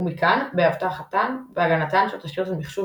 ומכאן – באבטחתן ובהגנתן של תשתיות המחשוב